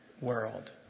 world